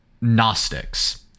Gnostics